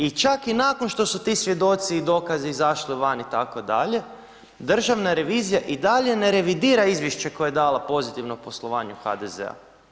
I čak i nakon što su ti svjedoci i dokazi izašli van itd. državna revizija i dalje ne revidira izvješće koje je dala pozitivno poslovanje HDZ-a.